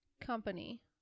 company